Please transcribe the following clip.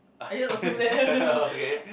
I just assume that